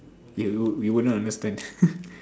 you you wouldn't understand